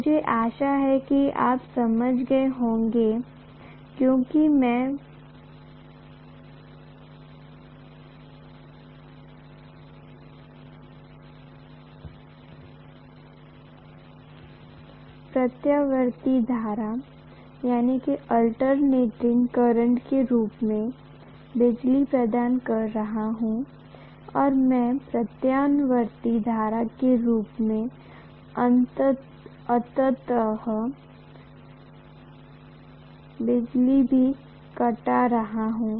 मुझे आशा है कि आप समझ गए होंगे क्योंकि मैं प्रत्यावर्ती धारा के रूप में बिजली प्रदान कर रहा हूं और मैं प्रत्यावर्ती धारा के रूप में अंततः बिजली भी काट रहा हूं